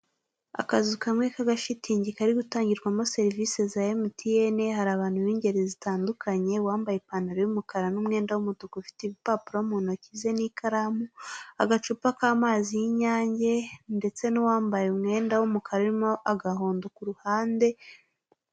Akazu kamwe k'agashitingi kari gutangirwamo serivise za emutiyene, hari abantu b'ingeri zitandukanye uwambaye ipantaro y'umukara n'umwenda w'umutuku ufite ibipapuro mu ntoki n'ikaramu, agacupa k'amazi y'inyange ndetse n'uwambaye umwenda w'umukara urimo agahondo kuruhande.